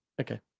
Okay